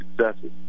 successes